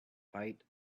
height